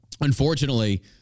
unfortunately